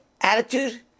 attitude